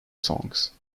songs